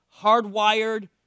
hardwired